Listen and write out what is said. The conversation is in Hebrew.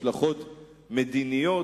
השלכות מדיניות,